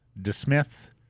DeSmith